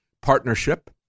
partnership